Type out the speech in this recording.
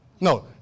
No